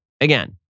again